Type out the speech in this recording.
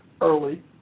early